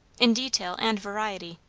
in detail and variety.